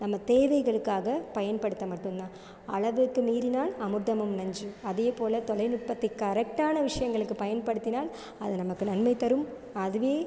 நம்ம தேவைகளுக்காக பயன்படுத்த மட்டும்தான் அளவுக்கு மீறினால் அமிர்தமும் நஞ்சு அதையே போல் தொலைநுட்பத்தை கரெக்டான விஷயங்களுக்கு பயன்படுத்தினால் அது நமக்கு நன்மை தரும் அதுவே